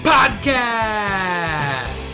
Podcast